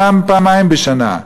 פעם-פעמיים בשנה,